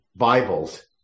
Bibles